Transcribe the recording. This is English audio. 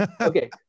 okay